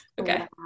okay